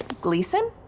Gleason